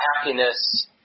happiness